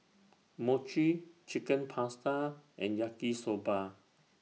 Mochi Chicken Pasta and Yaki Soba